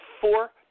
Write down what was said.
four